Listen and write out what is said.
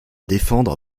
défendre